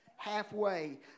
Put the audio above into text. Halfway